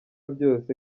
byose